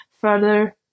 further